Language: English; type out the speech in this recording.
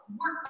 work